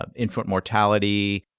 um infant mortality,